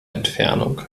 entfernung